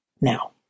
Now